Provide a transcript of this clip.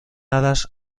alas